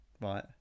Right